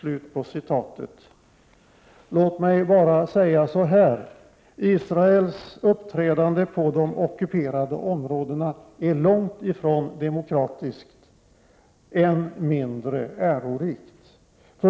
Låt mig bara säga så här: Israels uppträdande på de ockuperade områdena är långt ifrån demokratiskt, än mindre ärorikt.